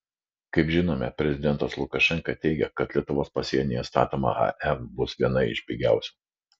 kaip žinome prezidentas lukašenka teigia kad lietuvos pasienyje statoma ae bus viena iš pigiausių